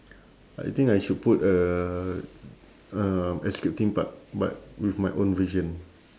I think I should put a um escape theme park but with my own version